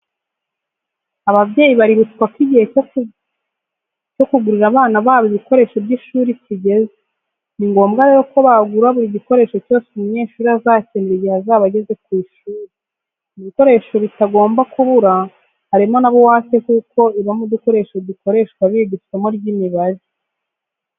Ababyeyi baributswa ko igihe cyo kugurira abana babo ibikoresho by'ishuri kigeze. Ni ngombwa rero ko bagura buri gikoresho cyose umunyeshuri azakenera igihe azaba ageze ku ishuri. Mu bikoresho bitagomba kubura harimo na buwate kuko ibamo udukoresho dukoreshwa biga isomo ry'imibare.